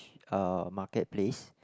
uh market place